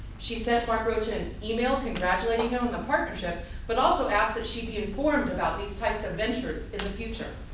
she sent mark rocha an email congratulating him the partnership but also asked that she be informed about these types of ventures in the future.